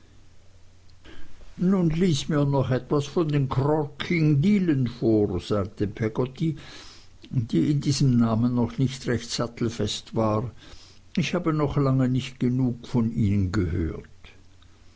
nun lies mir noch etwas von den krorkingdilen vor sagte peggotty die in diesem namen noch nicht recht sattelfest war ich habe noch lange nicht genug von ihnen gehört